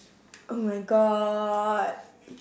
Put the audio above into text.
oh my god